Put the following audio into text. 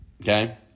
Okay